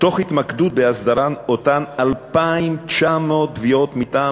בהתמקדות בהסדרת אותן 2,900 תביעות מטעם